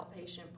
outpatient